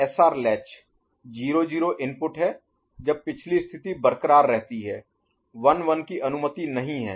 SR latch 0 0 input है जब पिछली स्थिति बरक़रार रहती है 1 1 की अनुमति नहीं है